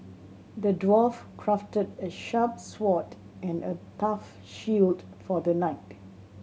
the dwarf crafted a sharp sword and a tough shield for the knight